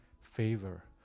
favor